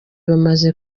bamaze